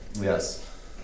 Yes